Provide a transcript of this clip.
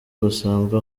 busanzwe